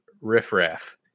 riffraff